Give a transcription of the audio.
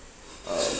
uh